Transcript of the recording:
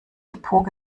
depot